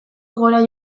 gora